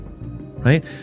Right